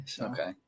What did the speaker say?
Okay